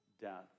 death